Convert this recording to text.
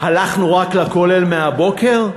הלכנו רק לכולל מהבוקר?